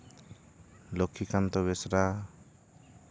ᱞᱚᱠᱠᱷᱤᱠᱟᱱᱛᱚ ᱵᱮᱥᱨᱟ